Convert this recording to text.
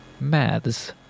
Maths